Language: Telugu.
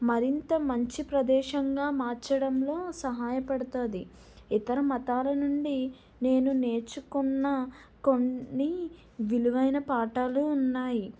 మరింత మంచి ప్రదేశంగా మార్చడంలో సహాయపడతుంది ఇతర మతాల నుండి నేను నేర్చుకున్న కొన్ని విలువైన పాఠాలు ఉన్నాయి